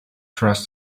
trust